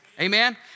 Amen